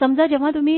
समजा जेव्हा तुम्ही